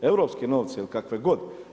Europske novce ili kakve godi.